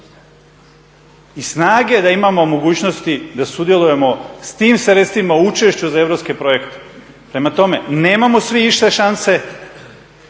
i snage da imamo mogućnosti da sudjelujemo s tim sredstvima u učešću za europske projekte. Prema tome nemamo svi iste šanse,